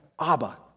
Abba